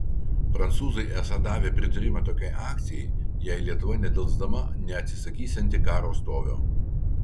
prancūzai esą davė pritarimą tokiai akcijai jei lietuva nedelsdama neatsisakysianti karo stovio